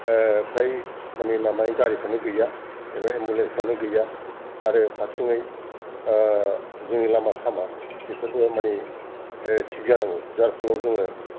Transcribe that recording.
फ्राय माने माबायो गारिफ्रानो गैया एबा एम्बुलेन्स फ्रानो गैया आरो फारसेथिंयै जोंनि लामा सामा बेफोरबो माने थिग जानांगौ जायनि जाहोनाव जोङो